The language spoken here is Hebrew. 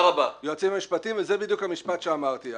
היועצים המשפטיים, וזה בדיוק המשפט שאמרתי.